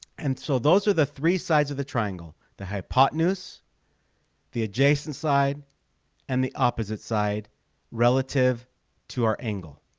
and so those are the three sides of the triangle the hypotenuse the adjacent side and the opposite side relative to our angle